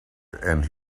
and